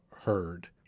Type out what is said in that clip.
heard